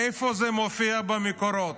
איפה זה מופיע במקורות?